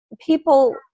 people